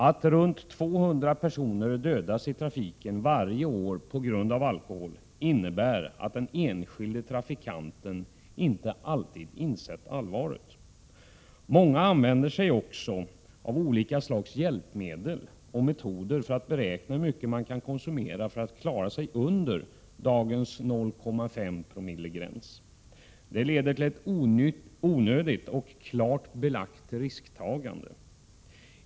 Att runt 200 personer dödas i trafiken varje år på grund av alkohol innebär att den enskilde trafikanten inte alltid insett allvaret. Många använder sig också av olika slags hjälpmedel och metoder för att beräkna hur mycket de kan konsumera för att klara sig under dagens gräns på 0,5 Joo. Det leder till ett onödigt och klart belagt risktagande.